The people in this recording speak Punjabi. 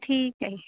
ਠੀਕ ਹੈ ਜੀ